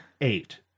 Eight